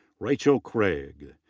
rachel craig.